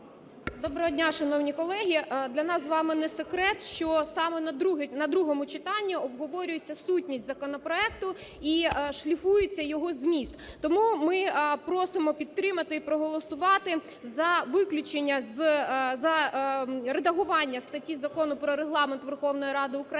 Доброго дня, шановні колеги! Для нас з вами не секрет, що саме на другому читанні обговорюється сутність законопроекту і шліфується його зміст. Тому ми просимо підтримати і проголосувати за виключення з редагування статті Закону про Регламент Верховної Ради України,